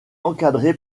encadrée